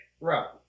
right